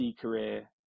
career